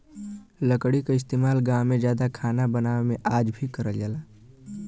लकड़ी क इस्तेमाल गांव में जादा खाना बनावे में आज भी करल जाला